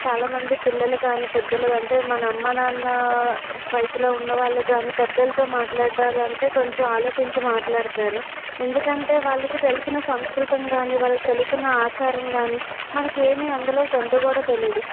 చాలా మంది పిల్లలు కానీ పెద్దలు కంటే మన అమ్మ నాన్న వయసులో ఉన్న వాళ్ళు కానీ పెద్దలతో మాట్లాడాలి అంటే కొంచెం ఆలోచించి మాట్లాడుతారు ఎందుకంటే వాళ్ళకి తెలిసిన సంస్కృతం కానీ వాళ్ళకి తెలిసిన ఆచారం కానీ మనకు ఏమీ అందులో కొంత కూడా తెలియదు